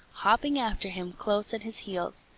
hopping after him close at his heels.